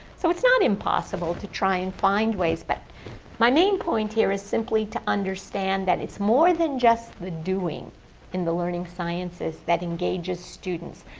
so it's not impossible to try and find ways, but my main point here is simply to understand that it's more than just the doing in the learning sciences that engages students.